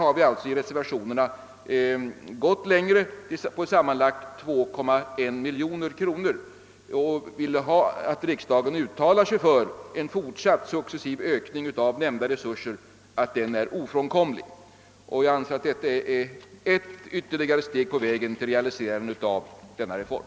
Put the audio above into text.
I reservationerna har vi gått längre och begärt sammanlagt 2,1 miljoner mera och framhållit att riksdagen bör uttala att en fortsatt successiv ökning av nämnda resurser är ofrånkomlig. Jag anser att detta är ytterligare ett steg på vägen mot realiserandet av denna reform.